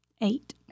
eight